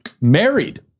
Married